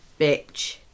bitch